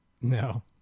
No